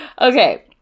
Okay